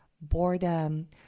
boredom